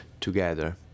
together